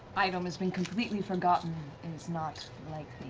item has been completely forgotten is not like